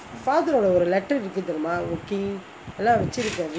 father ஓட ஒரு:oda oru letter இருக்கு தெரிமா:irukku terimaa our king எல்லாம் வச்சிருக்காரு:ellam vachirukaaru